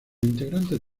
integrantes